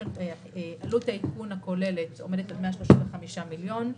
ועלות העדכון הכוללת עומדת על 135 מיליון שקלים.